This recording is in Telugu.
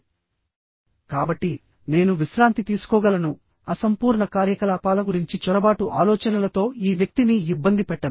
కాబట్టి నేను విశ్రాంతి తీసుకోగలనుఅసంపూర్ణ కార్యకలాపాల గురించి చొరబాటు ఆలోచనలతో ఈ వ్యక్తిని ఇబ్బంది పెట్టను